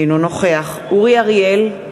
אינו נוכח אורי אריאל,